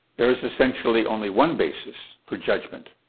there is essentially only one basis for judgment,